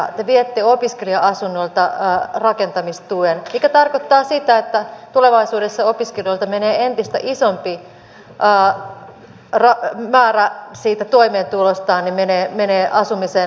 te viette opiskelija asunnoilta rakentamistuen mikä tarkoittaa sitä että tulevaisuudessa opiskelijoilta menee entistä isompi määrä siitä toimeentulostaan asumisen maksamiseen